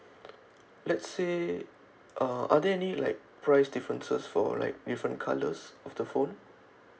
let's say uh are there any like price differences for like different colours of the phone